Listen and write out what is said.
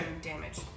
damage